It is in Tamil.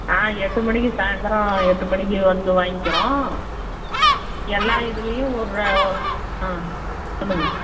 ஆ எட்டு மணிக்கு சாயந்தரம் எட்டு மணிக்கு வந்து வாங்கிக்கிறோம் எல்லா இதுலேயும் ஒரு ஆ சொல்லுங்க